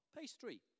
pastry